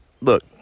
look